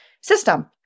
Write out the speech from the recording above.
system